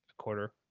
quarter,